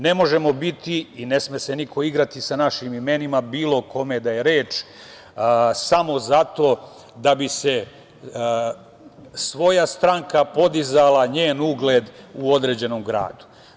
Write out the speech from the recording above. Ne možemo biti i ne sme se niko igrati sa našim imenima bilo o kome da je reč samo zato da bi se svoja stranka podizala, njen ugled u određenom gradu.